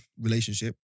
relationship